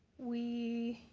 we,